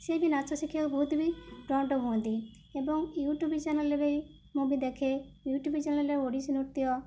ସେ ବି ନାଚ ଶିଖିଆକୁ ବହୁତ ବି ପ୍ରମ୍ପ୍ଟ ହୁଅନ୍ତି ଏବଂ ୟୁଟ୍ୟୁବ ଚ୍ୟାନେଲେରେ ବି ମୁଁ ବି ଦେଖେ ୟୁଟ୍ୟୁବ ଚ୍ୟାନେଲେରେ ଓଡ଼ିଶୀ ନୃତ୍ୟ